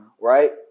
right